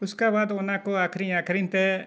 ᱩᱥᱠᱟ ᱵᱟᱫᱽ ᱚᱱᱟ ᱠᱚ ᱟᱹᱠᱷᱨᱤᱧ ᱟᱹᱠᱷᱟᱨᱤᱧ ᱛᱮ